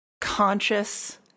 conscious